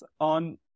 on